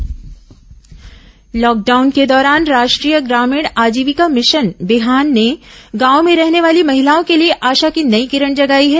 lockdown Bihan lockdown के दौरान राष्ट्रीय ग्रामीण आजीविका मिशन बिहान ने गांवों में रहने वाली महिलाओं के लिए आशा की नयी किरण जगाई है